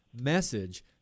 message